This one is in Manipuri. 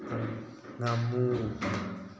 ꯉꯥꯃꯨ